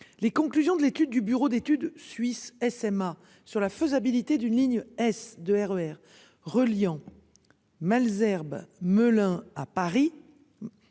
les conclusions de l'étude du bureau d'études suisse SMA sur la faisabilité d'une ligne. De RER, reliant. Malesherbes Melun à Paris.